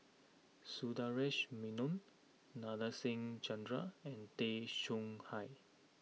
Sundaresh Menon Nadasen Chandra and Tay Chong Hai